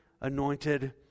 anointed